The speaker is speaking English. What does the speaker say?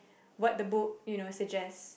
what the book you know suggests